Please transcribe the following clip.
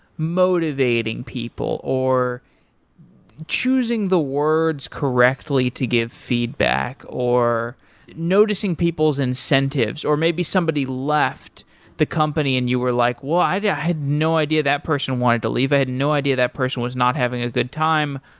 motivating people or choosing the words correctly to give feedback or noticing people's incentives or maybe somebody left the company and you were like, well, i yeah had no idea that person wanted to leave. i had no idea that person was not having a good time.